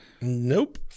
Nope